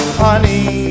honey